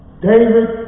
David